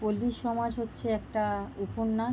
পল্লীসমাজ হচ্ছে একটা উপন্যাস